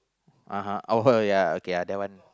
(uh huh) oh her ya okay ya uh that one